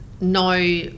no